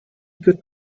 good